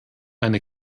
eine